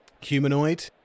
humanoid